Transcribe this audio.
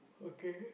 okay